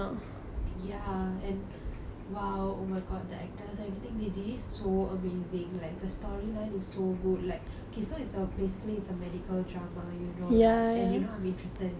ya and !wow! oh my god the actors everything they did it so amazing like the storyline is so good like okay so it's basically it's a medical drama you know right and you know I'm interested in medicine